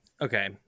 Okay